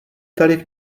tarif